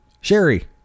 Sherry